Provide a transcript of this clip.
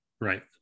right